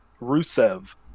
Rusev